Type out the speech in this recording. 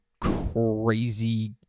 crazy